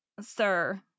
sir